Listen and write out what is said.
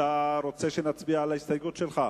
אתה רוצה שנצביע על ההסתייגות שלך?